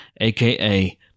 aka